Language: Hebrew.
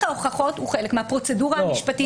ההוכחות הוא חלק מהפרוצדורה המשפטית.